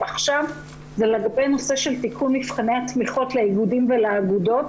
עכשיו זה לגבי נושא של תיקון מבחני התמיכות לאיגודים ולאגודות,